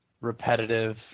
repetitive